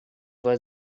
was